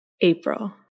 April